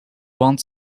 want